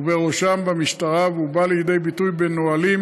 ובראשם במשטרה, והוא בא לידי ביטוי בנהלים